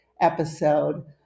episode